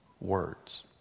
words